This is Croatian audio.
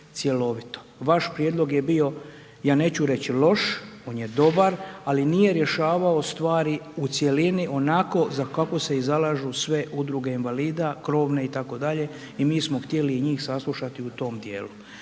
Vaš prijedlog je bio, ja neću reći loš, on je dobar ali nije rješavao stvari u cjelini, onako kako se i zalaže sve udruge invalida, krovne itd. i mi smo htjeli i njih saslušati u tom djelu.